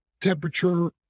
temperature